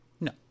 No